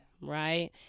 right